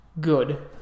Good